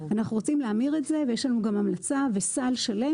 אנחנו רוצים להמיר את זה ויש לנו גם המלצה וסל שלם